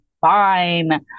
fine